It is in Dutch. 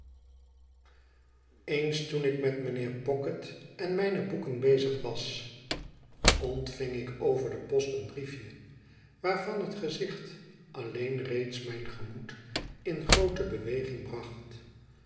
eens toen ik met mijnheer pocket en mijne boeken bezig was ontving ik over de post een briefje waarvan het gezicht alleen reeds mijn gemoed in groote beweging bracht